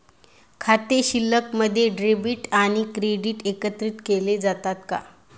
खाते शिल्लकमध्ये डेबिट आणि क्रेडिट एकत्रित केले जातात का?